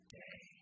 day